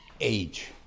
age